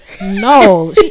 No